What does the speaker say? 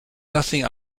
nothing